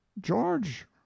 george